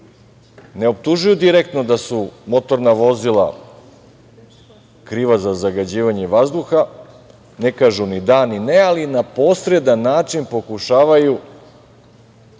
Ne optužuju direktno da su motorna vozila kriva za zagađivanje vazduha, ne kažu ni da, ni ne, ali na posredan način pokušavaju